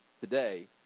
today